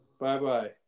Bye-bye